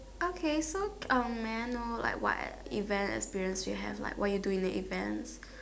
okay so um may I know like what event experience you have like what you do in the event